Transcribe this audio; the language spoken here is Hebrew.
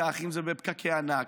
אם זה בפקקי הענק,